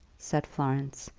said florence,